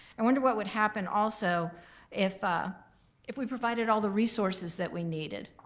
i wonder what would happen also if ah if we provided all the resources that we needed?